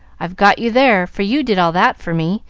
i've got you there, for you did all that for me,